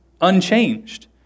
unchanged